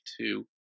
two